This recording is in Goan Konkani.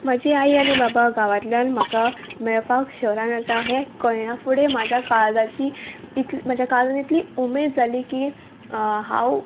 म्हजी आई आनी बाबा गांवांतल्यान म्हाका मेळपाक शहरान येता हें कयणा फुडें म्हाज्या काळजाची इतली म्हज्या काळजान इतली उमेद जाली की हांव